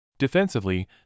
Defensively